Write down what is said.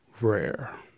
rare